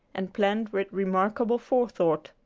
and planned with remarkable forethought.